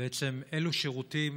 אילו שירותים